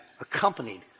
accompanied